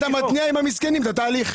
אתה מתניע עם המסכנים את התהליך.